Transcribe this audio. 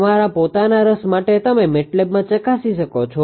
તમારા પોતાના રસ માટે તમે MATLABમાં ચકાસી શકો છો